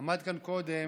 עמד כאן קודם